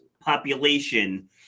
population